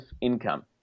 income